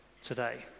today